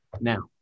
Now